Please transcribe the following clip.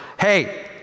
Hey